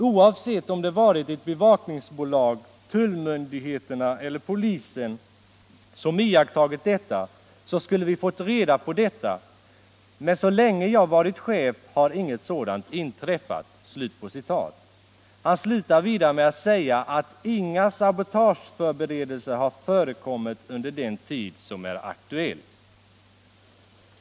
Oavsett om det varit det bevakningsbolaget, tullmyndigheterna eller polisen som iakttagit detta så skulle vi fått reda på detta — men så länge jag varit chef har inget sådant inträffat.” Han slutade med att säga att inga sabotageförberedelser har förekommit under den tid som är aktuell.